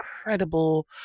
incredible